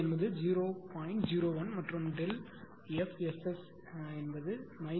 எனவே அது D x ΔF SS க்கு சமம் அதாவது PgSSPLDΔFSS மற்றும் ΔP L என்பது 0